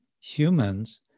humans